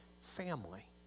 family